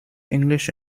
english